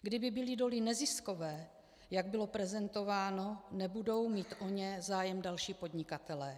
Kdyby byly doly neziskové, jak bylo prezentováno, nebudou mít o ně zájem další podnikatelé.